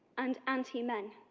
and anti-men.